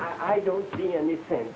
i don't see anything